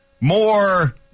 more